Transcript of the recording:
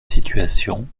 situation